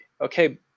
okay